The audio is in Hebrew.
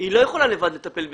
לא יכולה לבד לטפל בזה.